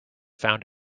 found